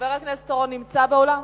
חבר הכנסת אורון נמצא באולם?